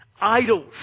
Idols